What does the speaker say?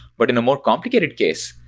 but in a more complicated case,